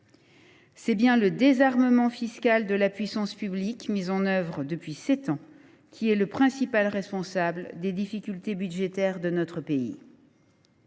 C’est bien le désarmement fiscal de la puissance publique mis en œuvre depuis sept ans qui est le principal responsable des difficultés budgétaires de notre pays.